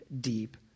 deep